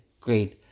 great